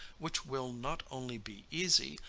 which will not only be easy,